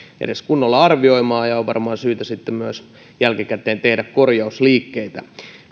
edes kunnolla arvioimaan ja on varmaan syytä sitten myös jälkikäteen tehdä korjausliikkeitä